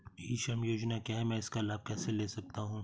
ई श्रम योजना क्या है मैं इसका लाभ कैसे ले सकता हूँ?